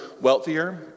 wealthier